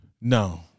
no